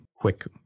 quick